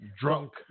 drunk